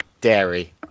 dairy